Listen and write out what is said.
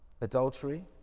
Adultery